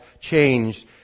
changed